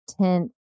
tenth